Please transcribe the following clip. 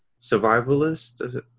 survivalist